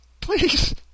Please